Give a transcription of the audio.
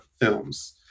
films